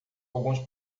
alguns